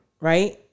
Right